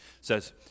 says